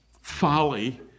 folly